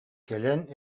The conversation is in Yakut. кэлэн